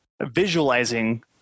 visualizing